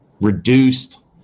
reduced